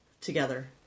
together